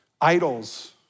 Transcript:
idols